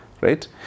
Right